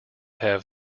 have